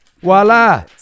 voila